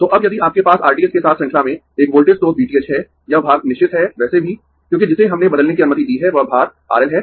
तो अब यदि आपके पास R th के साथ श्रृंखला में एक वोल्टेज स्रोत V th है यह भाग निश्चित है वैसे भी क्योंकि जिसे हमने बदलने की अनुमति दी है वह भार R L है